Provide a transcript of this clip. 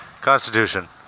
Constitution